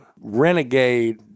renegade